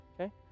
Okay